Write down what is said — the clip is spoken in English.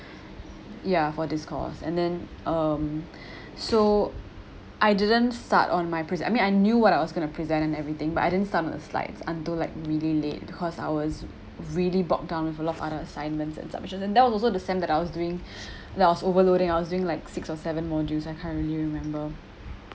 ya for this course and then um so I didn't start on my present I mean I knew what I was going to present and everything but I didn't start on the slides until like really late cause I was really bogged down with a lot of other assignments and submission and that was also the semester that I was doing that I was overloading I was doing like six or seven modules I can't really remember